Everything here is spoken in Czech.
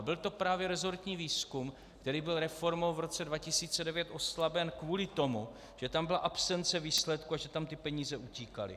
A byl to právě resortní výzkum, který byl reformou v roce 2009 oslaben kvůli tomu, že tam byla absence výsledků a že tam ty peníze utíkaly.